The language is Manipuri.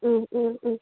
ꯎꯝ ꯎꯝ ꯎꯝ